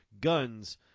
guns